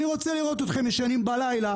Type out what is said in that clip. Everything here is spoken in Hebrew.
אני רוצה לראות אתכם ישנים בלילה,